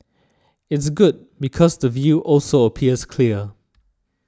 it's good because the view also appears clear